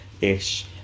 ish